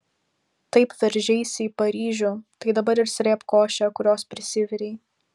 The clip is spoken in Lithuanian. taip veržeisi į paryžių tai dabar ir srėbk košę kurios prisivirei